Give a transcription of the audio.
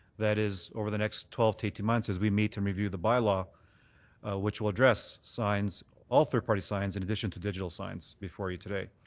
that is over the next twelve to eighteen months as we meet to review the bylaw which will address signs all third party signs in addition to digital signs before you today.